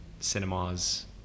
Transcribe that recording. cinemas